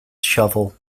shovel